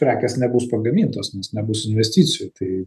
prekės nebus pagamintos nebus investicijų tai